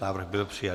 Návrh byl přijat.